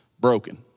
broken